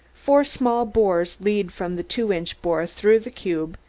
four small bores lead from the two-inch bore through the cube,